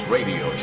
Radio